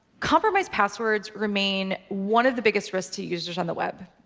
compromised passwords remain one of the biggest risks to users on the web.